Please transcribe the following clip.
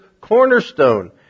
cornerstone